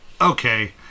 okay